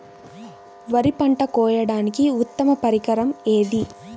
వరి పంట కోయడానికి ఉత్తమ పరికరం ఏది?